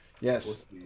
Yes